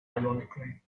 ironically